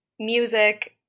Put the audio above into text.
music